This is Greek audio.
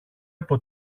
από